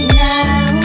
now